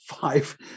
five